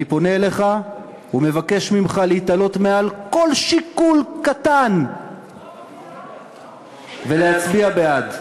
אני פונה אליך ומבקש ממך להתעלות מעל כל שיקול קטן ולהצביע בעד.